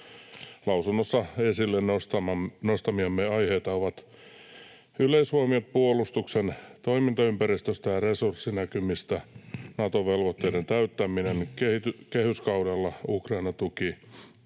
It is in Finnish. Lausunnossa esille nostamiamme aiheita ovat yleishuomiot Suomen puolustuksen toimintaympäristöstä ja resurssinäkymistä, Nato-velvoitteiden täyttäminen kehyskaudella, Ukraina-tuki,